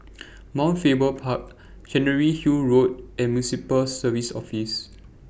Mount Faber Park Chancery Hill Road and Municipal Services Office